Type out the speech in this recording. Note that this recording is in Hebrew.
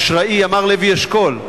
אשראי, אמר לוי אשכול.